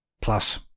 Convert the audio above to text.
Plus